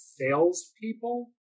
salespeople